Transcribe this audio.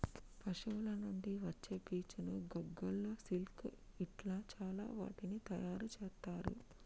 పశువుల నుండి వచ్చే పీచును గొంగళ్ళు సిల్క్ ఇట్లా చాల వాటిని తయారు చెత్తారు